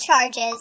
charges